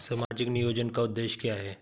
सामाजिक नियोजन का उद्देश्य क्या है?